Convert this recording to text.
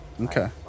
Okay